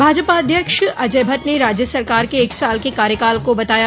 भाजपा अध्यक्ष अजय भट्ट ने राज्य सरकार के एक साल के कार्यकाल को शानदार बताया